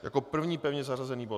Jako první pevně zařazený bod.